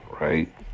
right